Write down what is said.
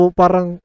parang